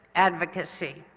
advocacy.